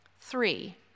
Three